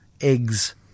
eggs